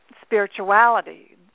spirituality